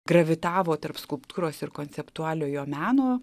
gravitavo tarp skulptūros ir konceptualiojo meno